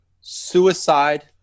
suicide